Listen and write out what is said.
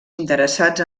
interessats